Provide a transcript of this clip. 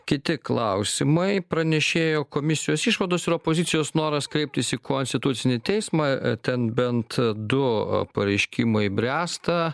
kiti klausimai pranešėjo komisijos išvados ir opozicijos noras kreiptis į konstitucinį teismą ten bent du pareiškimai bręsta